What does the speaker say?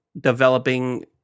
developing